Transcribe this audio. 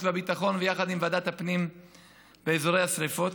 והביטחון ויחד עם ועדת הפנים באזורי השרפות,